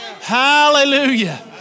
Hallelujah